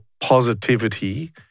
positivity